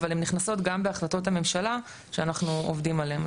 אבל הן נכנסות גם בהחלטות הממשלה שאנחנו עובדים עליהן.